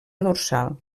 dorsal